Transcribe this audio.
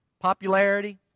Popularity